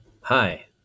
Hi